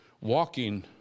walking